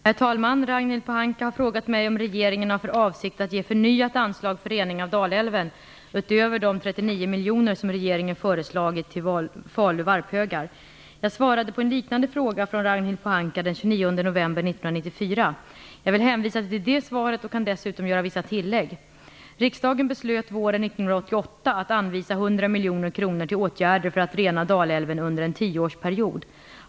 Herr talman! Ragnhild Pohanka har frågat mig om regeringen har för avsikt att ge förnyat anslag för rening av Dalälven utöver de 39 miljoner som regeringen föreslagit till Falu varphögar. Jag svarade på en liknande fråga från Ragnhild Pohanka den 29 november 1994. Jag vill hänvisa till det svaret och kan dessutom göra vissa tillägg. Riksdagen beslöt våren 1988 att anvisa 100 miljoner kronor till åtgärder för att rena Dalälven under en tioårsperiod.